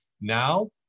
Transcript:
Now